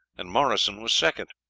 and morrison was second.